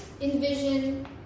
envision